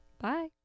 bye